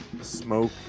smoke